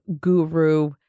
guru